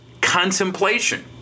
contemplation